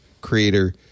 creator